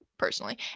personally